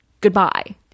goodbye